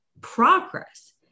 progress